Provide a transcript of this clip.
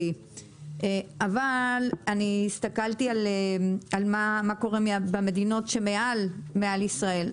אבל אני הסתכלתי מה קורה במדינות שמעל ישראל,